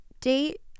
date